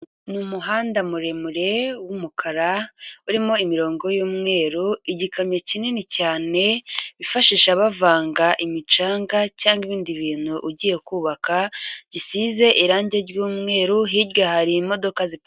Mu muhanda muremure wumukara urimo imirongo y'umweru igikamyo kinini cyane bifashisha bavanga imicanga cyangwa ibindi bintu ugiye kubaka gisize irangi ry'umweru hirya hari imodoka zika.